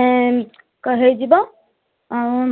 ଏଁ ହେଇଯିବ ଆଉ